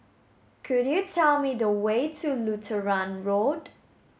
could you tell me the way to Lutheran Road